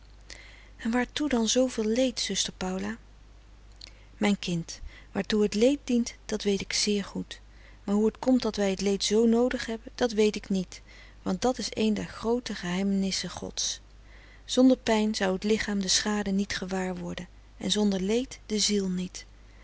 en waartoe dan zooveel leed zuster paula mijn kind waartoe het leed dient dat weet ik zeer goed maar hoe het komt dat wij het leed zoo noodig hebben dat weet ik niet want dat is een der groote geheimenissen gods zonder pijn zou het lichaam de schade niet gewaar worden en zonder leed de ziel niet